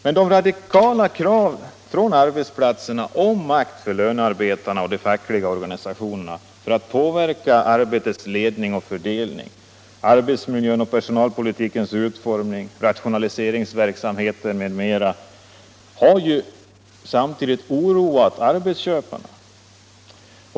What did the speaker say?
Men de radikala kraven från arbetsplatserna om makt för lönarbetarna och de fackliga organisationerna för att påverka arbetets ledning och fördelning, arbetsmiljön och personalpolitikens utformning, rationaliseringsverksamheten m.m. har ju samtidigt oroat arbetsköparna.